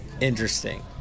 interesting